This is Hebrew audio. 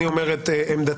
אני אומר את עמדתי,